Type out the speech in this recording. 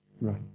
Right